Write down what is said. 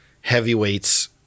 heavyweights